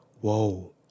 Whoa